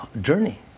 journey